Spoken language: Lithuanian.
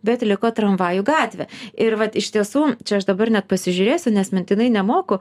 bet liko tramvajų gatvė ir vat iš tiesų čia aš dabar net pasižiūrėsiu nes mintinai nemoku